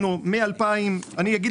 מכרזים.